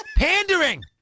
Pandering